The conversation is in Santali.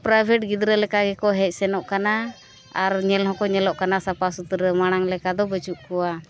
ᱯᱨᱟᱭᱵᱷᱮᱴ ᱜᱤᱫᱽᱨᱟᱹ ᱞᱮᱠᱟ ᱜᱮᱠᱚ ᱦᱮᱡ ᱥᱮᱱᱚᱜ ᱠᱟᱱᱟ ᱟᱨ ᱧᱮᱞ ᱦᱚᱸᱠᱚ ᱧᱮᱞᱚᱜ ᱠᱟᱱᱟ ᱥᱟᱯᱷᱟ ᱥᱩᱛᱨᱚ ᱢᱟᱲᱟᱝ ᱞᱮᱠᱟ ᱫᱚ ᱵᱟᱹᱪᱩᱜ ᱠᱚᱣᱟ